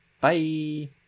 bye